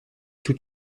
toute